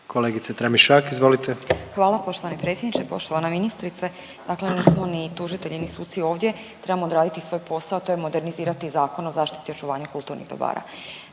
izvolite. **Tramišak, Nataša (HDZ)** Hvala poštovani predsjedniče, poštovana ministrice. Dakle mi nismo ni tužitelji ni suci ovdje, trebamo odraditi svoj posao, to je modernizirati Zakon o očuvanju kulturnih dobara.